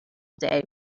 day